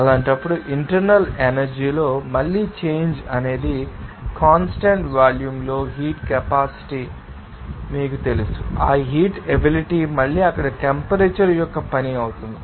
అలాంటప్పుడు internal energy లో మళ్లీ చేంజ్ అనేది కాన్స్టాంట్ వాల్యూమ్లో హీట్ కెపాసిటీ మీకు తెలుసు మరియు ఆ హీట్ ఎబిలిటీ మళ్లీ అక్కడ టెంపరేచర్ యొక్క పని అవుతుంది